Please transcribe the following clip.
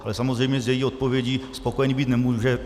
Ale samozřejmě s její odpovědí spokojený být nemůžu.